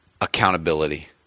accountability